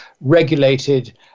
regulated